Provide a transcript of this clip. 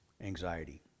anxiety